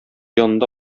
янында